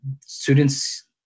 students